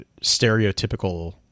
stereotypical